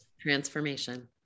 Transformation